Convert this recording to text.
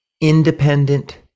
independent